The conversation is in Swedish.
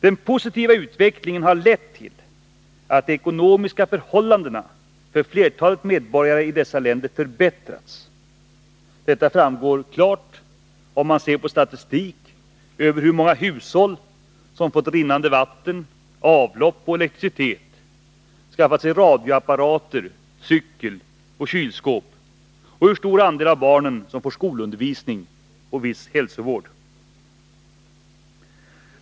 Den positiva utvecklingen har lett till att de ekonomiska förhållandena för flertalet medborgare i dessa länder förbättrats. Detta framgår klart om man ser på statistik över hur många hushåll som fått rinnande vatten, avlopp och elektricitet, skaffat sig radioapparat, cykel och kylskåp och hur stor andel av barnen som får skolundervisning och viss hälsovård.